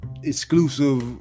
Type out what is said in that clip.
exclusive